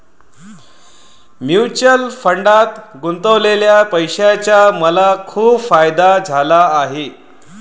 mutual फंडात गुंतवलेल्या पैशाचा मला खूप फायदा झाला आहे